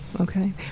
Okay